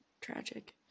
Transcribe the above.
Tragic